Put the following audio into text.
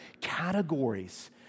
categories